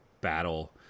battle